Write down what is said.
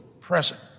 present